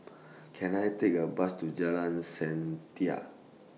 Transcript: Can I Take A Bus to Jalan Setia